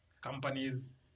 companies